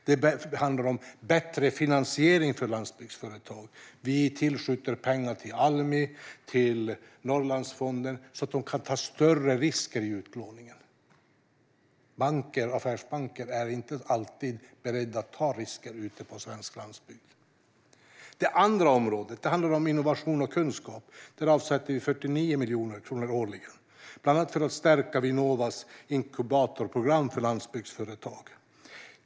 Det handlar om bättre finansiering för landsbygdsföretag. Vi tillskjuter pengar till Almi och Norrlandsfonden så att de kan ta större risker i utlåningen. Affärsbanker är inte alltid beredda att ta risker på svensk landsbygd. Det andra området är innovation och kunskap. Här avsätter vi 49 miljoner kronor årligen, bland annat för att stärka Vinnovas inkubatorprogram för landsbygdsföretag.